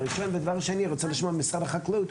שנית, אני רוצה לשמוע ממשרד החקלאות.